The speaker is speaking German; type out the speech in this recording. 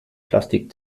plastik